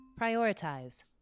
prioritize